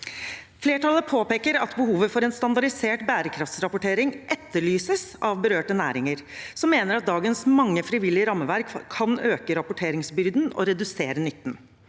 Flertallet påpeker at behovet for en standardisert bærekraftsrapportering etterlyses av berørte næringer, som mener at dagens mange frivillige rammeverk kan øke rapporteringsbyrden og redusere nytten.